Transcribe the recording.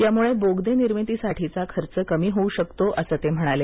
यामुळे बोगदे निर्मितीसाठीचा खर्च कमी होऊ शकतो असं ते म्हणाले